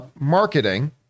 marketing